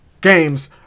games